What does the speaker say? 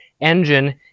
engine